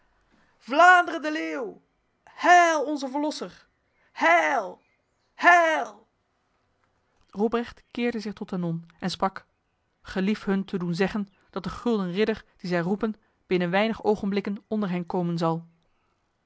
de leeuw heil onze verlosser heil heil robrecht keerde zich tot de non en sprak gelief hun te doen zeggen dat de gulden ridder die zij roepen binnen weinig ogenblikken onder hen komen zal